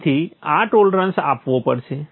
તેથી આ ટોલરન્સ આપવો પડશે